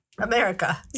America